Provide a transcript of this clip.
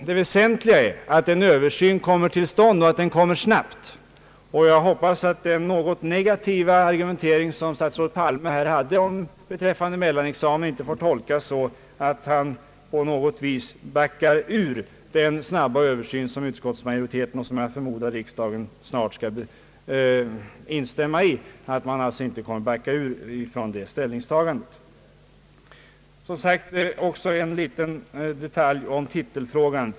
Det väsentliga är att en översyn kommer till stånd som klarlägger problemen och att den göres snarast. Jag hoppas att statsrådet Palmes något negativa argumentering beträffande mellanexamen inte får tolkas så att han på något vis sätter sig emot utskottsmajoritetens förslag om en snabb översyn, vilket jag förmodar att riksdagen kommer att instämma i. Jag vill sedan ta upp en liten detalj i titelfrågan.